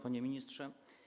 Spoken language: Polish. Panie Ministrze!